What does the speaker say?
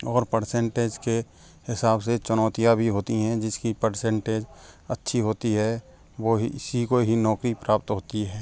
और परसेंटेज के हिसाब से चुनौतियाँ भी होती हैं जिस की परसेंटेज अच्छी होती है वही इसी को ही नौकरी प्राप्त होती है